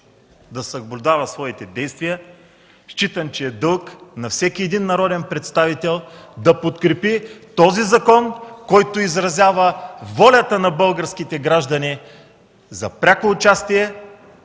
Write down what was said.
да съблюдава своите действия. Считам, че е дълг на всеки един народен представител да подкрепи този закон, който изразява волята на българските граждани за пряко участие,